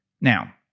Now